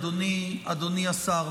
אדוני השר,